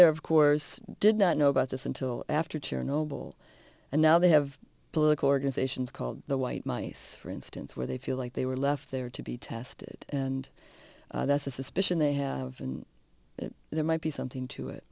there of course did not know about this until after chernobyl and now they have political organizations called the white mice for instance where they feel like they were left there to be tested and that's a suspicion they have and there might be something to it